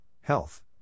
health